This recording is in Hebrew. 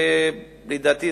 לדעתי,